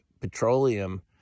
petroleum